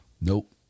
Nope